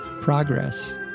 progress